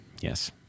Yes